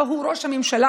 הלוא הוא ראש הממשלה,